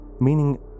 meaning